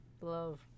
love